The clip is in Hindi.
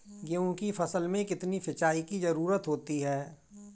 गेहूँ की फसल में कितनी सिंचाई की जरूरत होती है?